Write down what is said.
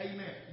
Amen